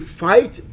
fight